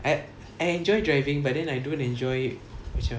I I enjoy driving by then I don't enjoy macam